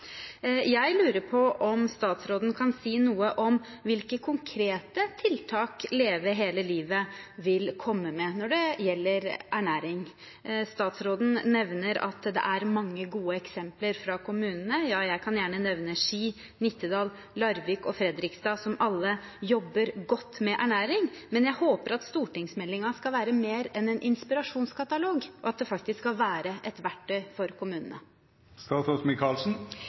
Jeg lurer på om statsråden kan si noe om hvilke konkrete tiltak Leve hele livet vil komme med når det gjelder ernæring. Statsråden nevner at det er mange gode eksempler fra kommunene. Ja, jeg kan gjerne nevne Ski, Nittedal, Larvik og Fredrikstad, som alle jobber godt med ernæring, men jeg håper at stortingsmeldingen skal være mer enn en inspirasjonskatalog, at den faktisk skal være et verktøy for